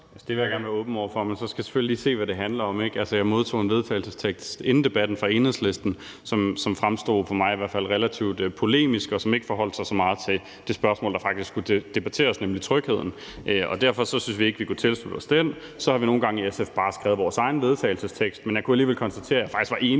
Det vil jeg gerne være åben over for, men så skal jeg selvfølgelig lige se, hvad det handler om. Jeg modtog en vedtagelsestekst inden debatten fra Enhedslisten, som for mig i hvert fald fremstod relativt polemisk, og som ikke forholdt sig så meget til det spørgsmål, der faktisk skulle debatteres, nemlig trygheden. Derfor syntes vi ikke, at vi kunne tilslutte os den. Så har vi nogle gange i SF bare skrevet vores egen vedtagelsestekst, men jeg kunne alligevel konstatere, at jeg faktisk var enig